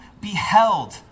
beheld